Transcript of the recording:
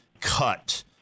cut